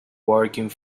working